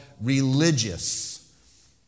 religious